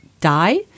Die